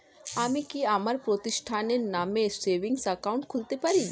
আমি কি আমার প্রতিষ্ঠানের নামে সেভিংস একাউন্ট খুলতে পারি?